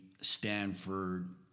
stanford